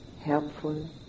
helpful